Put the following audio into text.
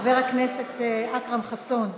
חבר הכנסת אכרם חסון,